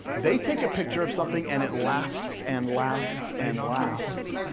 they take a picture of something and it lasts and lasts and lasts,